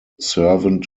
servant